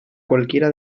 cualquiera